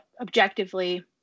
objectively